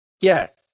yes